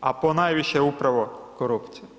a ponajviše upravo korupcija.